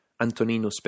Antonino